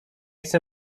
chcę